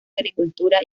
agricultura